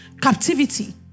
captivity